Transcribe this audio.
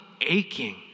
aching